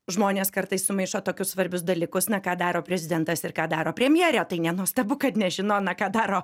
žmonės kartais sumaišo tokius svarbius dalykus na ką daro prezidentas ir ką daro premjerė tai nenuostabu kad nežino na ką daro